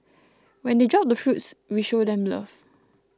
when they drop the fruits we show them love